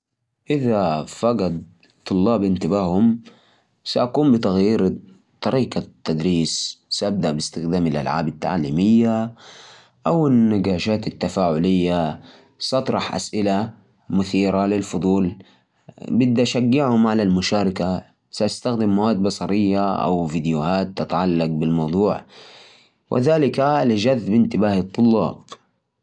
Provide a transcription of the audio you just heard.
يا شباب، شوفوا، عندي فكرة مره حلوة، فلنعب لعبة أسئلة سريعة كل واحد يطرح سؤال عن الدرس، وإذا جاوب أحد صح، يحصل على نقطة وذي النقاط تتجمع في النهاية لفوز البريد كده نخلي الدرس تفاعلي ومليان حماس